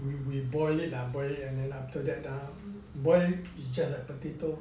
we we boil it ah and then after that ah boil just like potato